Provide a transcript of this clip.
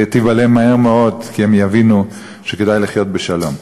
תיבלם מהר מאוד, כי הם יבינו שכדאי לחיות בשלום.